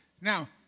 Now